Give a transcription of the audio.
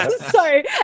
sorry